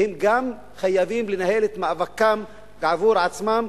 כי הם גם חייבים לנהל את מאבקם עבור עצמם,